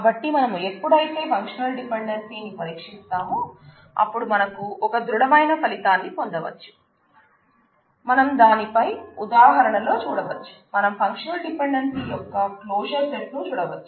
కాబట్టి మనం ఎప్పుడైతే ఫంక్షనల్ డిపెండెన్సీ ను చూడవచ్చు